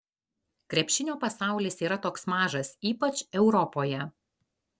krepšinio pasaulis yra toks mažas ypač europoje